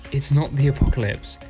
it's not the apocalypse,